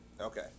Okay